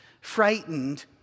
frightened